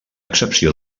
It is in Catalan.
excepció